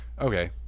Okay